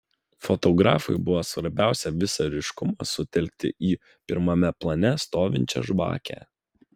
fotografui buvo svarbiausia visą ryškumą sutelkti į pirmame plane stovinčią žvakę